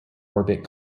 orbit